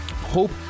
Hope